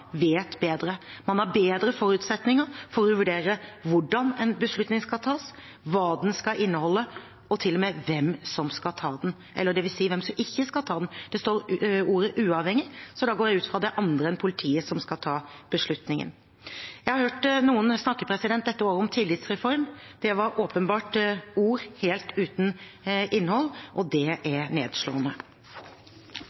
vet bedre, og har bedre forutsetninger for å vurdere hvordan en beslutning skal tas, hva den skal inneholde, og til og med hvem som skal ta den, eller dvs. hvem som ikke skal ta den – det står ordet «uavhengig», så da går jeg ut fra at det er andre enn politiet som skal ta beslutningen. Jeg har hørt noen dette året snakke om tillitsreform, det var åpenbart ord helt uten innhold, og det er